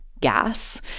gas